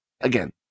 again